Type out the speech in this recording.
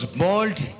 bold